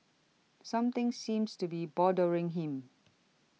something seems to be bothering him